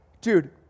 dude